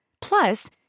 Plus